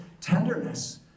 tenderness